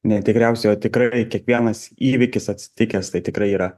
ne tikriausiai o tikrai kiekvienas įvykis atsitikęs tai tikrai yra